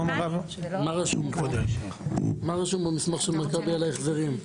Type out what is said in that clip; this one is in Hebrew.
מה רשום במסמך של מכבי על ההחזרים?